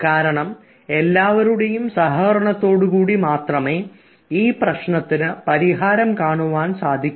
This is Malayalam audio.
കാരണം എല്ലാവരുടെയും സഹകരണത്തോടുകൂടി മാത്രമേ ഈ പ്രശ്നത്തിന് പരിഹാരം കാണുവാൻ സാധിക്കൂ